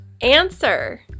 Answer